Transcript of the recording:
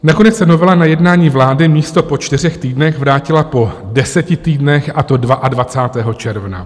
Nakonec se novela na jednání vlády místo po čtyřech týdnech vrátila po deseti týdnech, a to 22. června.